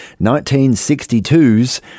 1962's